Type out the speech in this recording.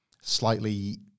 slightly